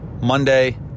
Monday